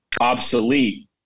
obsolete